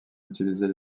utiliser